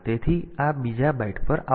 તેથી તે આ બીજા બાઈટ પર આવશે